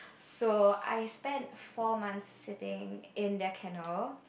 so I spent four months sitting in their cannon